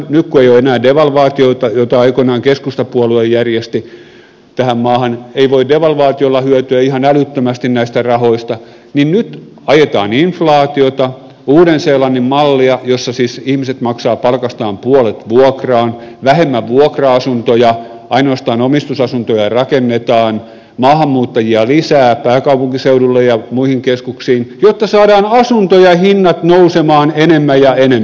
nyt kun ei ole enää devalvaatioita joita aikoinaan keskustapuolue järjesti tähän maahan ei voi devalvaatiolla hyötyä ihan älyttömästi näistä rahoista niin nyt ajetaan inflaatiota uuden seelannin mallia jossa siis ihmiset maksavat palkastaan puolet vuokraan vähemmän vuokra asuntoja ainoastaan omistusasuntoja rakennetaan maahanmuuttajia lisää pääkaupunkiseudulle ja muihin keskuksiin jotta saadaan asuntojen hinnat nousemaan enemmän ja enemmän